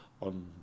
On